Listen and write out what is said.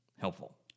helpful